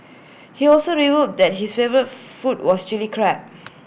he also revealed that his favourite food was Chilli Crab